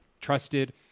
Trusted